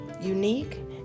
Unique